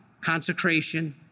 Consecration